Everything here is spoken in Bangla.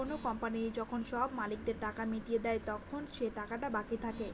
কোনো কোম্পানি যখন সব মালিকদের টাকা মিটিয়ে দেয়, তখন যে টাকাটা বাকি থাকে